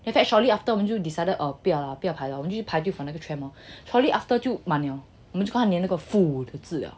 after that shortly after 我们就 decided oh 不要啦不要排 liao 我们就去排 for 那个 tramp lor shortly after 就满 liao 就连那个 food 也是 eh